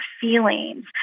feelings